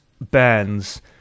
bands